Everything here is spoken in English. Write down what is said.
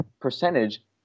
percentage